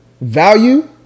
value